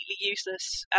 useless